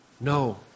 No